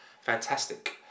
Fantastic